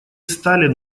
сталин